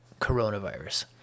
coronavirus